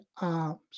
arms